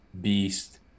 beast